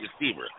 receiver